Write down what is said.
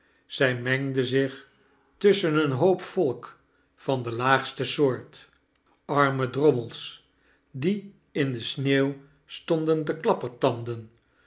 zij mengde zich tusschen een hoop volk van de laagste soort arme drommels die in de sneeuw stonden